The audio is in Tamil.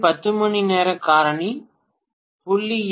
இது 10 மணிநேர காரணி 0